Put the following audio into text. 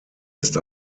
ist